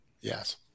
Yes